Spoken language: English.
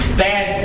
bad